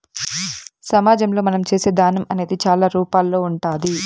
సమాజంలో మనం చేసే దానం అనేది చాలా రూపాల్లో ఉంటాది